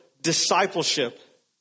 discipleship